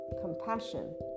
compassion